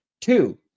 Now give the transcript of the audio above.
Two